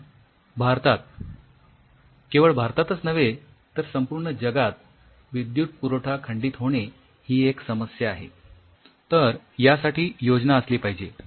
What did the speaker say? पण भारतात केवळ भारतातच नव्हे तर संपूर्ण जगात विद्युतपुरवठा खंडित होणे ही एक समस्या आहे तर यासाठी योजना असली पाहिजे